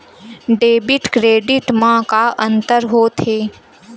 Debit credit मा का अंतर होत हे?